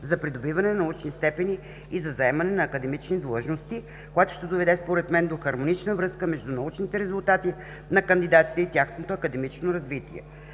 за придобиване на научни степени и заемане на академични длъжности, което ще доведе според мен до хармонична връзка между научните резултати на кандидатите и тяхното академично развитие.